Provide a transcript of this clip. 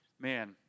man